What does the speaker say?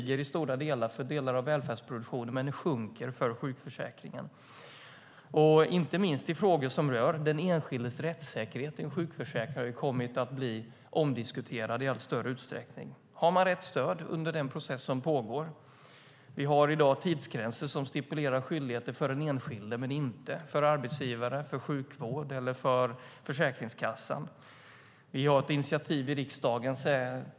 Det stiger för stora delar av välfärdsproduktionen, men det sjunker för sjukförsäkringen. Inte minst i frågor som rör den enskildes rättssäkerhet som sjukförsäkrad har kommit att bli omdiskuterade i allt större utsträckning. Har man rätt stöd under den process som pågår? Vi har i dag tidsgränser som stipulerar skyldigheter för den enskilde men inte för arbetsgivare, sjukvård eller Försäkringskassan. Vi har ett initiativ i riksdagen.